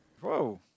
Whoa